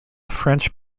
french